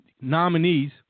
nominees